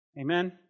Amen